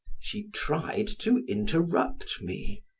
she tried to interrupt me.